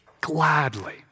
gladly